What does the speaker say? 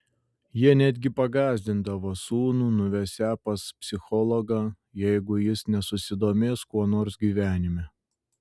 jie netgi pagąsdindavo sūnų nuvesią pas psichologą jeigu jis nesusidomės kuo nors gyvenime